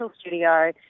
studio